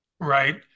right